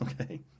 Okay